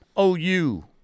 OU